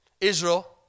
Israel